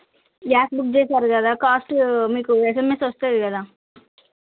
gas book చేశారు కదా cost మీకు ఎస్ఎంఎస్ వస్తుంది కదా